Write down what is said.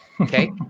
Okay